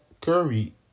Curry